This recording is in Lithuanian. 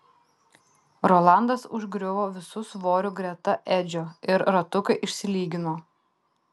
rolandas užgriuvo visu svoriu greta edžio ir ratukai išsilygino